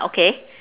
okay